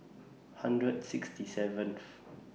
hundred sixty seventh